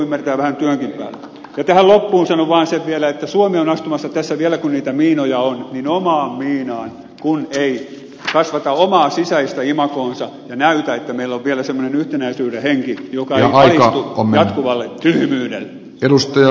tähän loppuun sanon vaan sen vielä että suomi on astumassa tässä vielä kun niitä miinoja on omaan miinaan kun ei kasvata omaa sisäistä imagoansa ja näytä että meillä on vielä semmoinen yhtenäisyyden henki joka ei alistu jatkuvalle tyhmyydelle